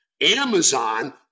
Amazon